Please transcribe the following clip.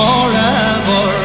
Forever